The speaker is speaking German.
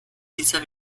dieser